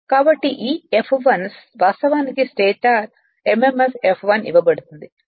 కాబట్టి ఈ F1 వాస్తవానికి స్టేటర్ mmf F1 ఇవ్వబడుతుంది